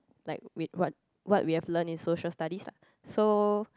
like with what what we've learn in Social-Studies lah so